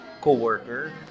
co-worker